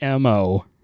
mo